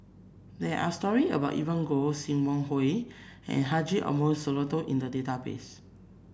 there are story about Evelyn Goh Sim Wong Hoo and Haji Ambo Sooloh in the database